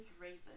raven